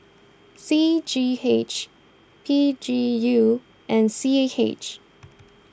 C G H P G U and C H A G